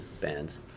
bands